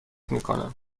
میکنم